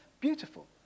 beautiful